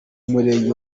murenge